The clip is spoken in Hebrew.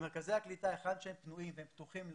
מרכזי הקליטה שפתוחים ופנויים לעולים,